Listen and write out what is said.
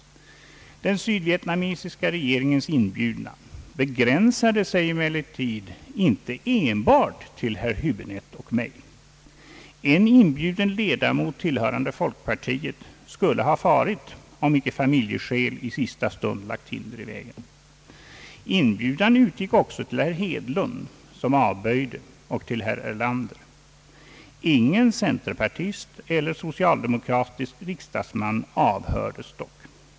Den sydvietnamesiska regeringens inbjudan begränsade sig emellertid inte enbart till herr Häbinette och mig. En inbjuden riksdagsledamot, tillhörande folkpartiet, skulle ha farit, om inte familjeskäl i sista stund lagt hinder i vägen. Inbjudan utgick också till herr Hedlund, som avböjde, och till herr Erlander. Ingen centerpartistisk eller socialdemokratisk riksdagsman avhördes dock.